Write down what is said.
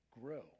grow